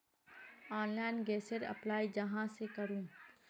Online गैसेर apply कहाँ से करूम?